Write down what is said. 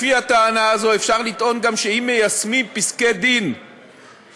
לפי הטענה הזו אפשר לטעון גם שאם מיישמים פסקי-דין של